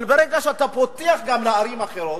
אבל ברגע שאתה פותח גם לערים אחרות,